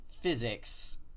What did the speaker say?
physics